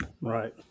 right